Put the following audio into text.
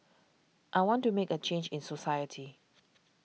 I want to make a change in society